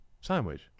Sandwich